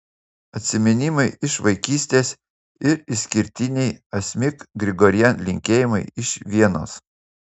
atsiminimai iš vaikystės ir išskirtiniai asmik grigorian linkėjimai iš vienos